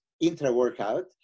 intra-workout